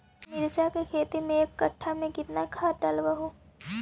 मिरचा के खेती मे एक कटा मे कितना खाद ढालबय हू?